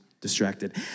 distracted